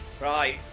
Right